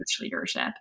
leadership